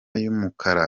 y’umukara